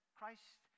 Christ